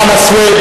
חנא סוייד,